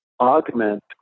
augment